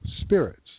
spirits